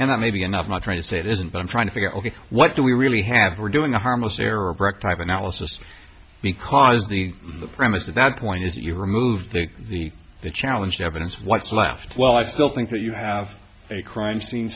i may be enough not trying to say it isn't but i'm trying to figure out ok what do we really have we're doing a harmless error breck type analysis because the premise of that point is that you removed the the challenge evidence what's left well i still think that you have a crime scene